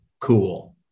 cool